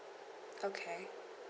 okay